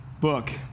book